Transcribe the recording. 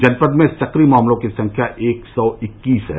जनपद में सक्रिय मामलों की संख्या एक सौ इक्कीस है